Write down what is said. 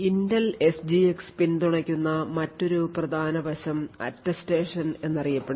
Intel SGX പിന്തുണയ്ക്കുന്ന മറ്റൊരു പ്രധാന വശം അറ്റസ്റ്റേഷൻ എന്നറിയപ്പെടുന്നു